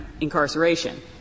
incarceration